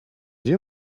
you